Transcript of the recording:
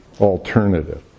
alternative